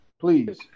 Please